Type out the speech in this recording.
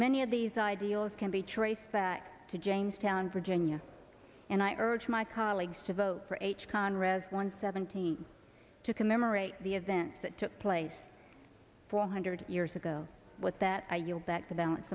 many of these ideals can be traced back to jamestown virginia and i urge my colleagues to vote for h conrad one seventeen to commemorate the events that took place four hundred years ago with that i yield back the balance